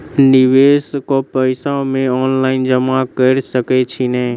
निवेश केँ पैसा मे ऑनलाइन जमा कैर सकै छी नै?